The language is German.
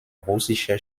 russischer